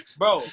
bro